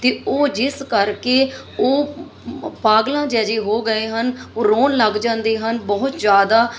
ਅਤੇ ਉਹ ਜਿਸ ਕਰਕੇ ਉਹ ਪਾਗਲਾਂ ਜਿਹੇ ਜਏ ਹੋ ਗਏ ਹਨ ਉਹ ਰੋਣ ਲੱਗ ਜਾਂਦੇ ਹਨ ਬਹੁਤ ਜ਼ਿਆਦਾ